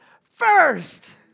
first